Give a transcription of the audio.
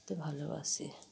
করতে ভালোবাসি